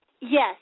yes